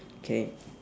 okay